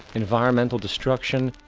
environmental destruction,